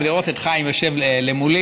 ולראות את חיים יושב מולי,